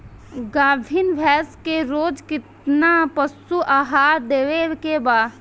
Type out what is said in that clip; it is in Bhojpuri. गाभीन भैंस के रोज कितना पशु आहार देवे के बा?